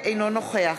אינו נוכח